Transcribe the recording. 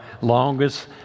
longest